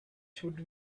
should